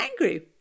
angry